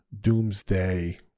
doomsday